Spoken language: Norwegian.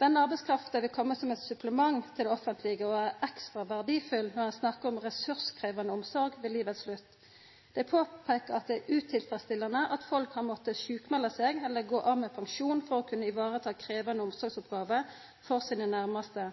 Denne arbeidskrafta vil koma som eit supplement til det offentlege og er ekstra verdfull når ein snakkar om ressurskrevjande omsorg ved livets slutt. Dei påpeikar at det er utilfredsstillande at folk har måtta sjukmelda seg eller gå av med pensjon for å kunna vareta krevjande omsorgsoppgåver for sine nærmaste.